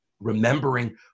Remembering